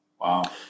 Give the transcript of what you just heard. Wow